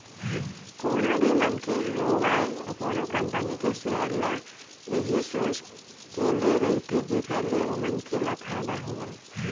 कोनो भी मनखे होवय कोनो कंपनी के सेयर ल इही सोच के ले रहिथे जेखर ले ओ मनखे ल फायदा होवय